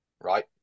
right